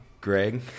Greg